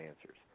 answers